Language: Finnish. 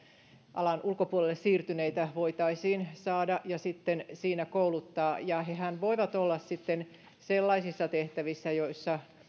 alan ulkopuolelle siirtyneitä voitaisiin saada ja sitten kouluttaa ja hehän voivat olla sitten sellaisissa perustehtävissä joissa